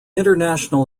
international